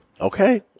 Okay